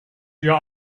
ihr